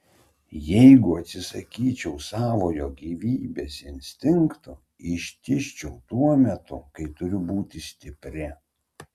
jeigu atsisakyčiau savojo gyvybės instinkto ištižčiau tuo metu kai turiu būti stipri